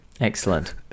excellent